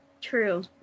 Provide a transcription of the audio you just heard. True